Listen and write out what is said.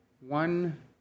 One